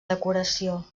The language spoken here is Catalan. decoració